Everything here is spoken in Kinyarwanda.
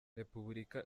repubulika